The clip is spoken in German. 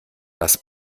das